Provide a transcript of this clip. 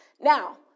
Now